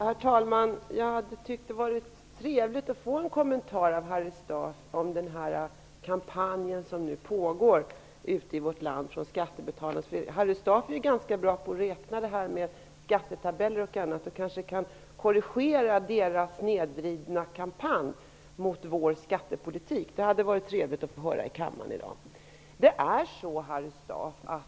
Herr talman! Det hade varit trevligt att få en kommentar av Harry Staaf till Skattebetalarnas förenings kampanj som nu pågår ute i vårt land. Harry Staaf är ju ganska bra på att räkna när det gäller skattetabeller och annat, så han kanske kan korrigera den snedvridna kampanjen mot vår skattepolitik. Det hade varit trevligt att få höra i kammaren i dag.